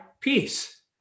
peace